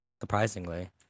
surprisingly